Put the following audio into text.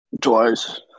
Twice